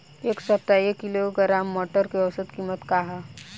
एक सप्ताह एक किलोग्राम मटर के औसत कीमत का ह?